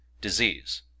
disease